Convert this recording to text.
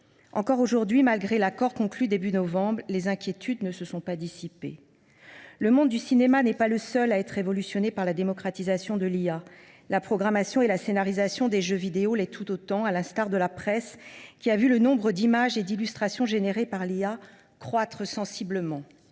Encore aujourd’hui, malgré l’accord conclu au début du mois de novembre dernier, les inquiétudes ne se sont pas dissipées. Le monde du cinéma n’est pas le seul à être révolutionné par la démocratisation de l’IA. La programmation et la scénarisation des jeux vidéo le sont tout autant, à l’instar de la presse, qui a vu le nombre d’images et d’illustrations générées par l’IA croître sensiblement.